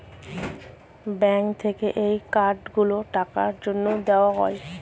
bank থেকে এই card গুলো টাকার জন্যে দেওয়া হয়